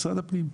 משרד הפנים.